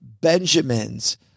Benjamins